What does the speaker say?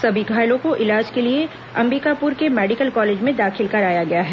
सभी घायलों को इलाज के लिए अंबिकापूर के मेडिकल कॉलेज में दाखिल कराया गया है